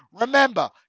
Remember